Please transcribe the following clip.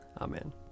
Amen